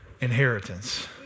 inheritance